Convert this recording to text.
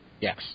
Yes